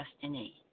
destiny